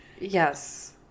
Yes